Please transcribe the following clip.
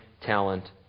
talent